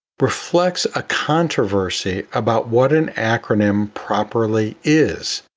reflects a controversy about what an acronym properly is.